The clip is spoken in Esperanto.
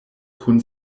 kun